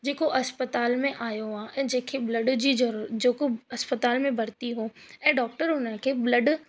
जेको अस्पताल में आहियो आहे ऐं जंहिंखे ब्लड जी ज़रूरत जेको अस्पताल में भर्ती हुओ ऐं डॉक्टर उन खे ब्लड